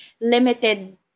limited